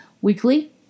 Weekly